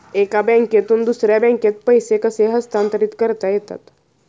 एका बँकेतून दुसऱ्या बँकेत पैसे कसे हस्तांतरित करता येतात?